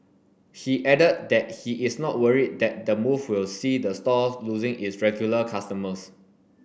he added that he is not worried that the move will see the store losing its regular customers